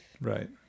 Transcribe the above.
Right